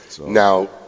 Now